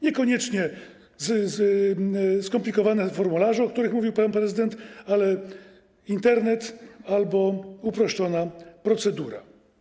Niekoniecznie chodzi o skomplikowane formularze, o których mówił pan prezydent, ale o Internet albo uproszczoną procedurę.